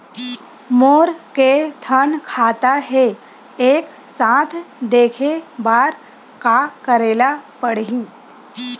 मोर के थन खाता हे एक साथ देखे बार का करेला पढ़ही?